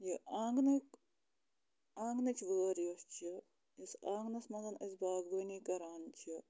یہِ آنٛگنُک آنٛگنٕچ وٲر یۄس چھِ یُس آنٛگنَس منٛز أسۍ باغبٲنی کَران چھِ